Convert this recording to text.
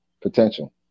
potential